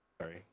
Sorry